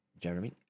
Jeremy